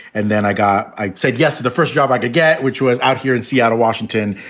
and then i got i said yes the first job i could get, which was out here in seattle, washington.